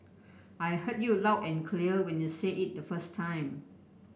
I heard you loud and clear when you said it the first time